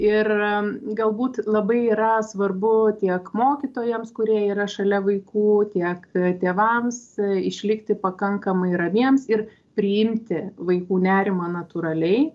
ir galbūt labai yra svarbu tiek mokytojams kurie yra šalia vaikų tiek tėvams išlikti pakankamai ramiems ir priimti vaikų nerimą natūraliai